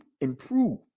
improve